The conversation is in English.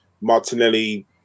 Martinelli